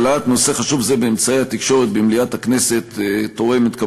העלאת נושא חשוב זה באמצעי התקשורת ובמליאת הכנסת תורמת,